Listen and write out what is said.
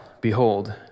behold